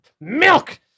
milk